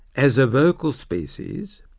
as a vocal species,